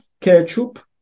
ketchup